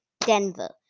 Denver